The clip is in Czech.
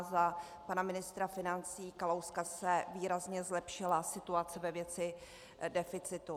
Za pana ministra financí Kalouska se výrazně zlepšila situace ve věci deficitu.